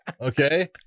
okay